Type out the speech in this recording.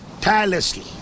tirelessly